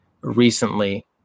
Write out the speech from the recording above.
recently